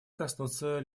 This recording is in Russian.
коснуться